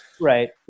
right